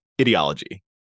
ideology